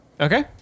Okay